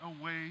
away